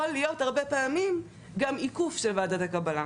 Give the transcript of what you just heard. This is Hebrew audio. יכול להיות הרבה פעמים גם עיכוב של ועדת הקבלה.